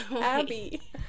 Abby